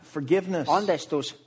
Forgiveness